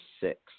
six